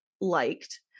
liked